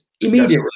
immediately